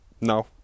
No